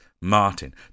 Martin